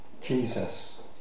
Jesus